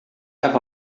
have